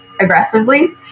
aggressively